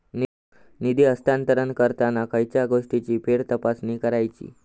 निधी हस्तांतरण करताना खयच्या गोष्टींची फेरतपासणी करायची?